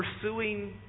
pursuing